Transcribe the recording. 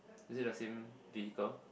is it the same vehicle